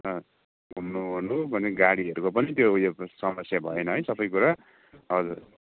अँ घुम्नु ओर्नु मतलब गाडीहरूको पनि त्यो उयो समस्या भएन है सबैकुरा हजुर